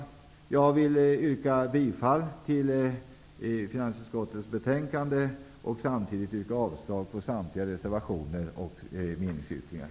Jag yrkar bifall till hemställan i finansutskottets betänkande och avslag på samtliga reservationer och meningsyttringar.